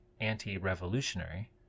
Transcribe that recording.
anti-revolutionary